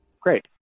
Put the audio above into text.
Great